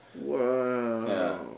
Wow